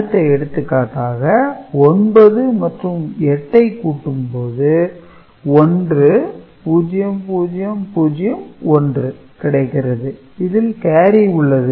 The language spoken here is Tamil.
அடுத்த எடுத்துக்காட்டாக 9 மற்றும் 8 ஐ கூட்டும் போது 10001 கிடைகிறது இதில் கேரி உள்ளது